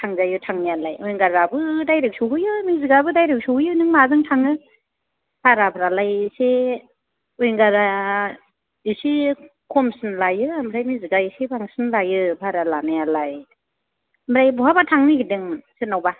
थांजायो थांनायालाय विंगाराबो डाइरेक्ट सौहैयो मेजिगाबो डाइरेक्ट सौहैयो नों माजों थाङो भाराफ्रालाय एसे विंगारा एसे खमसिन लायो ओमफ्राय मेजिगया एसे बारासिन लायो भारा लानायालाय ओमफ्राय बहाबा थांनो नागिरदों सोरनावबा